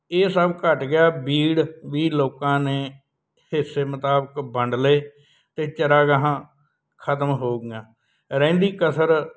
ਇਹ ਸਭ ਘਟ ਗਿਆ ਬੀੜ ਵੀ ਲੋਕਾਂ ਨੇ ਹਿੱਸੇ ਮੁਤਾਬਿਕ ਵੰਡ ਲਏ ਅਤੇ ਚਰਾਗਾਹਾਂ ਖਤਮ ਹੋ ਗਈਆਂ ਰਹਿੰਦੀ ਕਸਰ